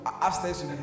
upstairs